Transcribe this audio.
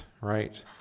right